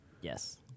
Yes